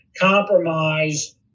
compromise